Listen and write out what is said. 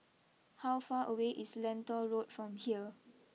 how far away is Lentor Road from here